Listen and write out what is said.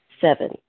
Seven